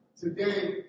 today